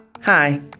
Hi